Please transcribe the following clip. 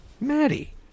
Maddie